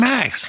Max